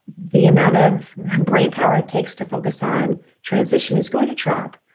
the amount of brain power it takes to focus on transition is going to drop.